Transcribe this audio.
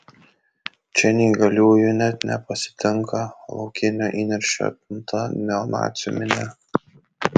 čia neįgaliųjų net nepasitinka laukinio įniršio apimta neonacių minia